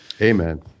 Amen